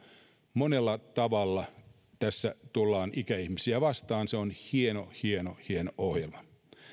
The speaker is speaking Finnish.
monella tavalla tässä tullaan ikäihmisiä vastaan se on hieno hieno hieno ohjelma